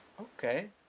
Okay